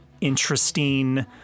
interesting